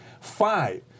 Five